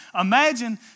Imagine